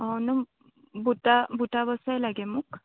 অ বুটা বুটা বচাই লাগে মোক